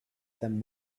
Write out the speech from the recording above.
than